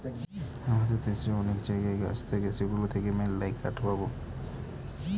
আমাদের দেশে অনেক জায়গায় গাছ থাকে সেগুলো থেকে মেললাই কাঠ পাবো